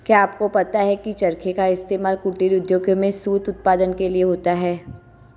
क्या आपको पता है की चरखे का इस्तेमाल कुटीर उद्योगों में सूत उत्पादन के लिए होता है